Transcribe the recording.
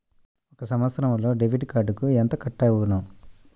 ఒక సంవత్సరంలో డెబిట్ కార్డుకు ఎంత కట్ అగును?